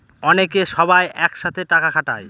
অনেকে সবাই এক সাথে টাকা খাটায়